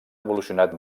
evolucionat